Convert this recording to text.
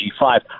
G5